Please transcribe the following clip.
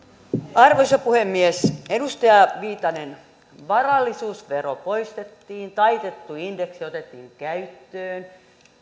arvoisa puhemies edustaja viitanen varallisuusvero poistettiin taitettu indeksi otettiin käyttöön